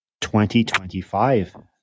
2025